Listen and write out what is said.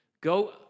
Go